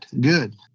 good